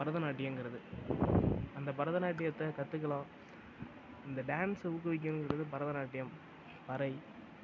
பரத நாட்டியங்கிறது அந்த பரத நாட்டியத்தை கத்துக்கலாம் இந்த டான்ஸை ஊக்குவிக்கணுங்கிறது பரதநாட்டியம் பறை